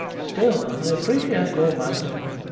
still, i appreciate your motive.